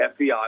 FBI